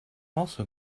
also